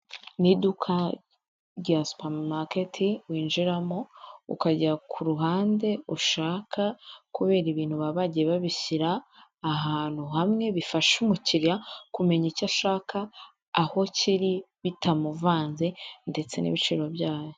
Ni duka rya supamaketi winjiramo, ukajya ku ruhande ushaka kubera ibintu bagiye babishyira ahantu hamwe, bifasha umukiliya kumenya icyo ashaka, aho kiri bitamuvanze ndetse n'ibiciro byayo.